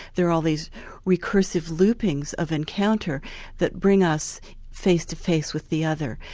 there are all these recursive loopings of encounter that bring us face to face with the other,